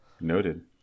noted